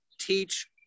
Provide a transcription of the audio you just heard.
teach